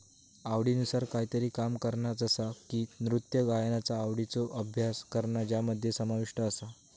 आवडीनुसार कायतरी काम करणा जसा की नृत्य गायनाचा आवडीचो अभ्यास करणा ज्यामध्ये समाविष्ट आसा